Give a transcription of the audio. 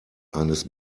eines